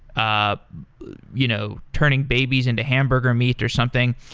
ah you know turning babies into hamburger meat or something.